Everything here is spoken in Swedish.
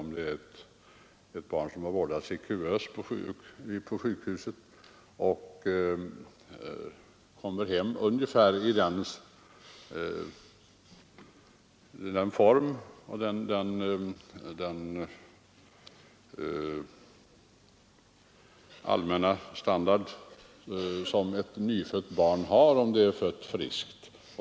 Vi kan ta exemplet med ett barn som vårdats i kuvös på sjukhuset efter för tidig födsel och säkerligen kommer hem i sämre kondition och allmäntillstånd än ett nyfött barn om det är fött friskt.